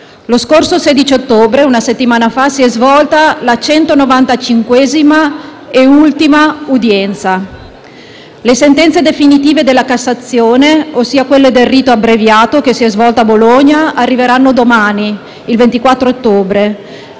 Lo scorso 16 ottobre, una settimana fa, si è svolta la centonovantacinquesima e ultima udienza. Le sentenze definitive della Cassazione, ossia quelle del rito abbreviato che si è svolto a Bologna, arriveranno domani, 24 ottobre,